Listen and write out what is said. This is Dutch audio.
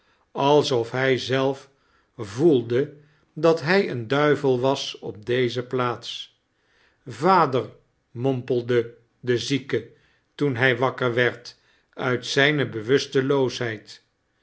alsof hij zelf voelde dat hij een duivel was op deze plaats vader mompelde de zieke toen hij wakker werd uit zijme